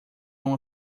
uma